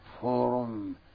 forum